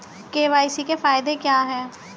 KYC के फायदे क्या है?